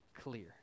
clear